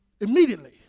immediately